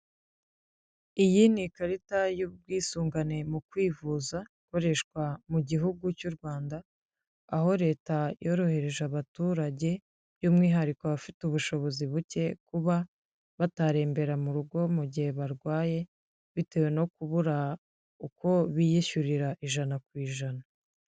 Iyi ni ikarita y'ubwisungane mu kwivuza, ikoreshwa mu gihugu cy'u Rwanda, aho leta yorohereje abaturage by'umwihariko abafite ubushobozi buke kuba batarembera mu rugo mu gihe barwaye, bitewe no kubura uko biyishyurira ijana ku ijana.